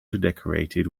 decorated